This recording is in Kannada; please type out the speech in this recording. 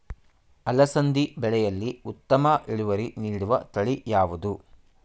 ಅಲಸಂದಿ ಬೆಳೆಯಲ್ಲಿ ಉತ್ತಮ ಇಳುವರಿ ನೀಡುವ ತಳಿ ಯಾವುದು?